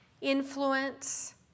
influence